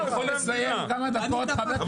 אני יכול לסיים כמה דקות, חבר הכנסת קארה?